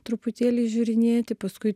truputėlį žiūrinėti paskui